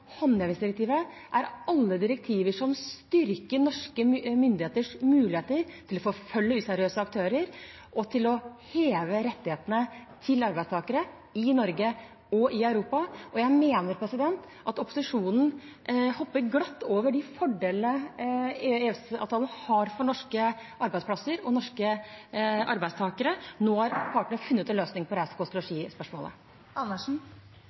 håndhevingsdirektivet er alle sammen direktiver som styrker norske myndigheters muligheter til å forfølge useriøse aktører og bidrar til å heve rettighetene til arbeidstakere i Norge og Europa. Og jeg mener at opposisjonen hopper glatt over de fordelene EØS-avtalen gir for norske arbeidsplasser og norske arbeidstakere. Nå har partene funnet en løsning på spørsmålet om reise, kost og losji. Karin Andersen